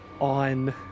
on